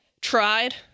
tried